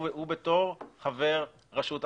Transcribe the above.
הוא חבר רשות החשמל.